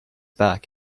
back